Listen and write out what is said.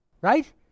Right